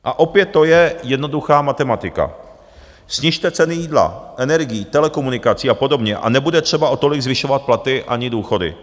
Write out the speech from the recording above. A opět to je jednoduchá matematika: snižte ceny jídla, energií, telekomunikací a podobně a nebude třeba o tolik zvyšovat platy ani důchody.